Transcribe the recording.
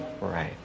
right